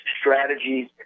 strategies